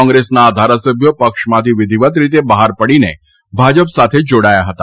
કોંગ્રેસના આ ધારાસભ્યો પક્ષમાંથી વિધીવત રીતે બહાર પડીને ભાજપ સાથે જાડાયા હતા